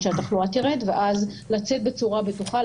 שהתחלואה תרד ואז לצאת בצורה בטוחה,